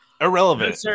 Irrelevant